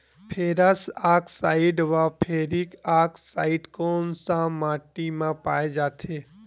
Ferrous oxide व ferric oxide कोन सा माटी म पाय जाथे?